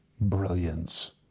brilliance